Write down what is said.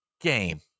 Game